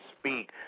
speak